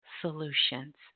solutions